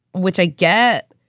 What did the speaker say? which i get.